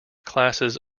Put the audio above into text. classes